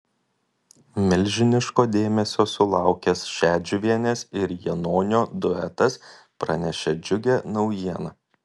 milžiniško dėmesio sulaukęs šedžiuvienės ir janonio duetas pranešė džiugią naujieną